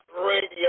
Radio